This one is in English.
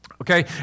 Okay